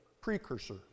precursor